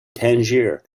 tangier